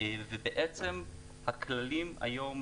והכללים היום,